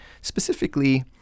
specifically